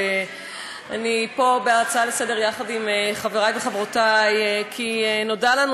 אני פה בהצעה לסדר-היום יחד עם חברי וחברותי כי נודע לנו